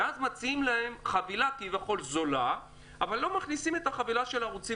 ואז מציעים להם חבילה כביכול זולה אבל לא מכניסים את החבילה של הערוצים